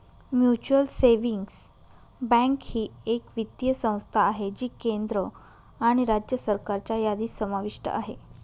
mutual savings bank ही एक वित्तीय संस्था आहे जी केंद्र आणि राज्य सरकारच्या यादीत समाविष्ट आहे